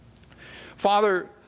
Father